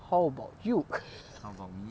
how about you